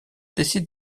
décide